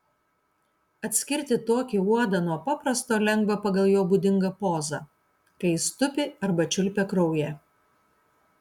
atskirti tokį uodą nuo paprasto lengva pagal jo būdingą pozą kai jis tupi arba čiulpia kraują